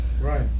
Right